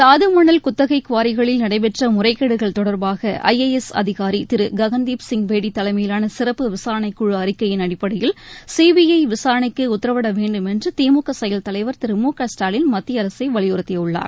தாதமணல் குத்தகைகுவாரிகளில் நடைபெற்றமுறைகேடுகள் தொடர்பாக ஐ ஏ எஸ் அதிகாரிதிருககன் தீப் சிங் பேடிதலைமையிலானசிறப்பு விசாரணைக்குழுஅறிக்கையின் அடிப்படையில் சிபிஐவிசாரணைக்குஉத்தரவிடவேண்டும் திருமுகஸ்டாலின் மத்திய அரசைவலியுறுத்தியுள்ளார்